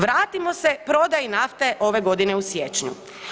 Vratimo se prodaji nafte ove godine u siječnju.